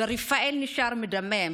ורפאל נשאר מדמם,